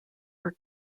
were